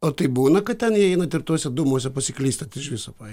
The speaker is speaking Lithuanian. o taip būna kad ten įeinat ir tuose dūmuose pasiklystant iš viso pavyzdžiui